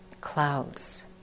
Clouds